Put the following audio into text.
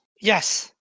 Yes